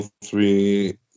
three